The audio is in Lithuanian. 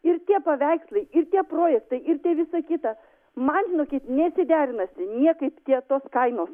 ir tie paveikslai ir tie projektai ir tie visa kita man žinokit nesiderinasi niekaip tie tos kainos